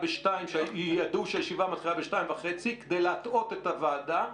ב-14:00 כשידעו שהישיבה מתחילה ב-14:30 כדי להטעות את הוועדה,